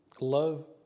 love